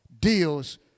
deals